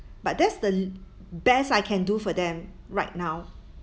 but that's the le~ best I can do for them right now